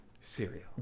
cereal